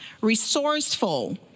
resourceful